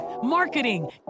marketing